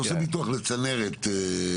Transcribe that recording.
אתה הרי עושה ביטוח לצנרת וכו'.